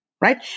right